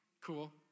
Cool